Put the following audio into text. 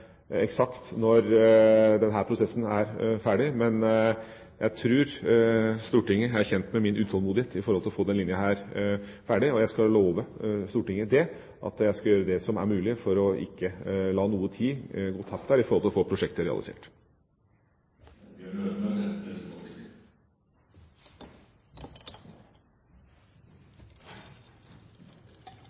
eksakt når denne prosessen er ferdig. Men jeg tror Stortinget er kjent med min utålmodighet etter å få denne linja ferdig, og jeg skal love Stortinget at jeg skal gjøre det som er mulig for ikke å la noe tid gå tapt her med tanke på å få prosjektet realisert.